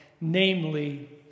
namely